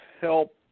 help